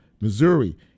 Missouri